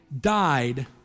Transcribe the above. died